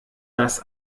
das